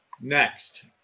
Next